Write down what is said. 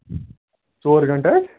ژور گَنٹہٕ ہا